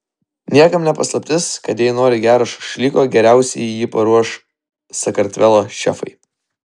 niekam ne paslaptis kad jei nori gero šašlyko geriausiai jį paruoš sakartvelo šefai